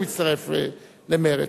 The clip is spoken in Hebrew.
אני מצטרף למרצ,